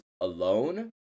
alone